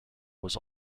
was